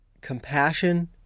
compassion